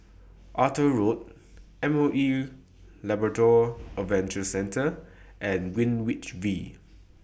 Arthur Road M O E Labrador Adventure Centre and Greenwich V